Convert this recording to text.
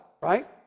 right